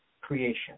creation